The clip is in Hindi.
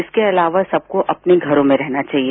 इसके अलावा सबको अपने घरों में रहना चाहिए